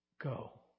go